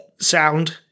sound